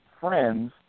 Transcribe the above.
friends